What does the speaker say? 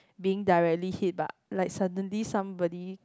being directly hit but like suddenly somebody